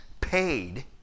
paid